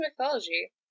mythology